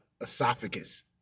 esophagus